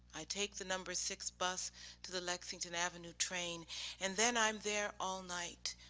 i take the number six bus to the lexington avenue train and then i'm there all night,